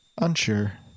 Unsure